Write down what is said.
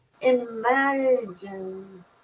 Imagine